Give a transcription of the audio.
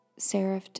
serifed